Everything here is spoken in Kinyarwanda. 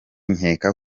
nkeka